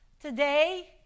Today